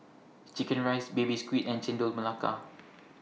Chicken Rice Baby Squid and Chendol Melaka